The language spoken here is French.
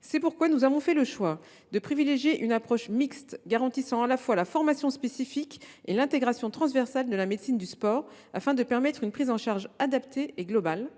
C’est pourquoi nous avons fait le choix de privilégier une approche mixte, garantissant à la fois la formation spécifique et l’intégration transversale de la médecine du sport, afin de permettre une prise en charge adaptée et globale.